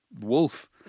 wolf